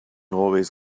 always